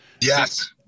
Yes